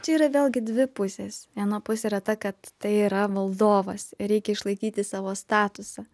čia yra vėlgi dvi pusės viena pusė yra ta kad tai yra valdovas reikia išlaikyti savo statusą